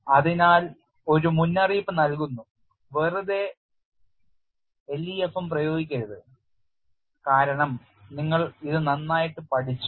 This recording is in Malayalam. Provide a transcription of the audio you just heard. അതിനാൽ ഒരു മുന്നറിയിപ്പ് നൽകുന്നുവെറുതെ LEFM പ്രയോഗിക്കരുത് കാരണം നിങ്ങൾ ഇത് നന്നായിട്ട് പഠിച്ചു